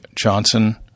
Johnson